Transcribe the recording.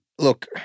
Look